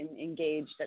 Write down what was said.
engaged